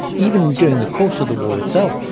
even during the course of the war itself,